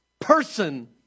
person